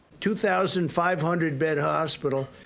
two thousand five hundred bed hospital.